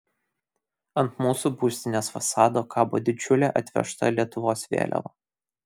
ant mūsų būstinės fasado kabo didžiulė atvežta lietuvos vėliava